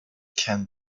can